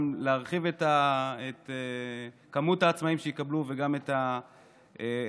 גם להרחיב את מספר העצמאים שיקבלו וגם את הסכומים.